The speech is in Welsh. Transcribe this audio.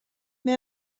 mae